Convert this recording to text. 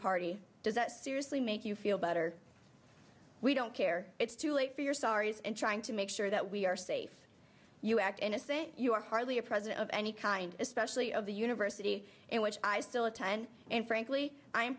party does that seriously make you feel better we don't care it's too late for your stories and trying to make sure that we are safe you act in a say you are hardly a president of any kind especially of the university in which i still attend and frankly i